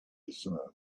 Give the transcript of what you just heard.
desire